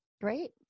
Great